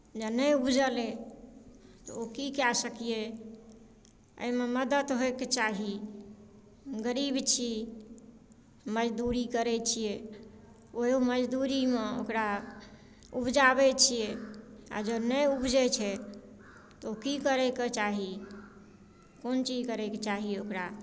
जँ नहि उपजलै तऽ ओ की कए सकियै एहिमे मदति होयके चाही गरीब छी मजदूरी करैत छियै ओहिओ मजदूरीमे ओकरा उपजाबैत छियै आ जँ नहि उपजै छै तऽ ओ की करयके चाही कोन चीज करयके चाही ओकरा